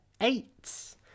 eight